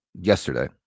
yesterday